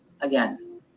again